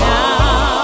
now